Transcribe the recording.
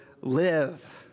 live